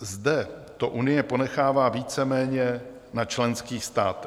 Zde to Unie ponechává víceméně na členských státech.